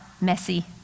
messy